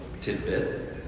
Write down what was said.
tidbit